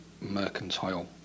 mercantile